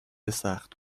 سخت